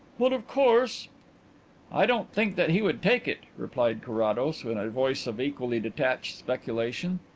but, of course i don't think that he would take it, replied carrados, in a voice of equally detached speculation.